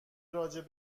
راجع